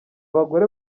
bagore